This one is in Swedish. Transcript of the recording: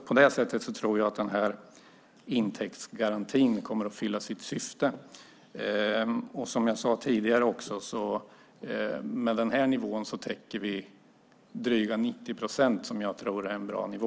På det sättet tror jag att intäktsgarantin kommer att fylla sitt syfte. Med den här nivån täcker vi, som jag tidigare sagt, drygt 90 procent, vilket jag tror är en bra nivå.